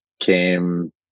came